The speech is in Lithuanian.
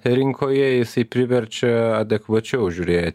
rinkoje jisai priverčia adekvačiau žiūrėti